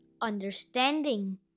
understanding